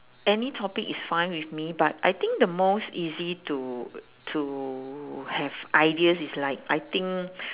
any topic is fine with me but I think the most easy to to have ideas is like I think